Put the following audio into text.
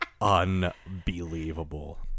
Unbelievable